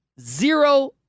Zero